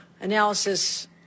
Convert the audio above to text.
analysis